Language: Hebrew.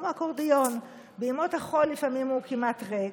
כמו אקורדיון, בימות החול הוא לפעמים כמעט ריק,